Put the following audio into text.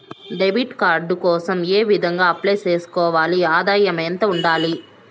Debit card కోసం ఏ విధంగా అప్లై సేసుకోవాలి? ఆదాయం ఎంత ఉండాలి?